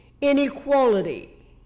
Inequality